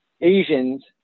Asians